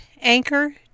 Anchor